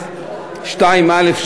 2א(3)